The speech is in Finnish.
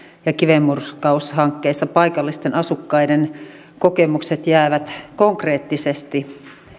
ja kivenmurskaushankkeissa paikallisten asukkaiden kokemukset jäävät konkreettisesti